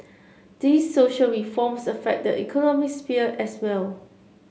these social reforms affect the economic sphere as well